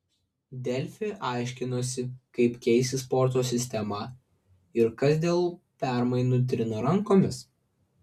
delfi aiškinosi kaip keisis sporto sistema ir kas dėl permainų trina rankomis